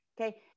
okay